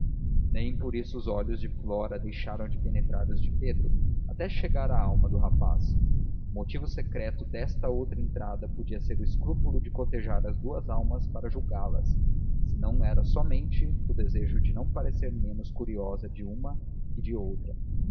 nem por isso os olhos de flora deixaram de penetrar os de pedro até chegar à alma do rapaz o motivo secreto desta outra entrada podia ser o escrúpulo de cotejar as duas para julgá las se não era somente o desejo de não parecer menos curiosa de uma que de outra